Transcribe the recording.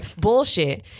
bullshit